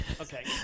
okay